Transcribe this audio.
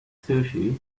sushi